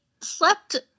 slept